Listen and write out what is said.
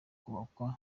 kubakwa